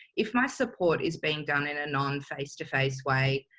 if my support is being done in a non face to face way,